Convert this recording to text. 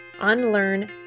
unlearn